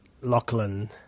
Lachlan